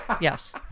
yes